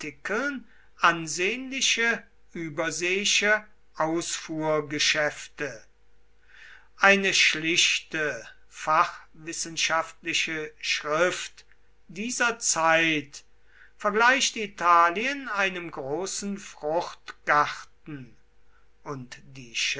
ansehnliche überseeische ausfuhrgeschäfte eine schlichte fachwissenschaftliche schrift dieser zeit vergleicht italien einem großen fruchtgarten und die